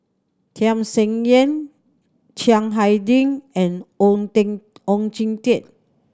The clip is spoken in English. Tham Sien Yen Chiang Hai Ding and Oon Ding Oon Jin Teik